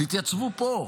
תתייצבו פה,